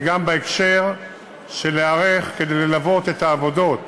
וגם בהקשר של להיערך כדי ללוות את העבודות